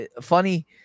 funny